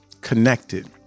connected